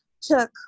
took